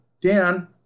Dan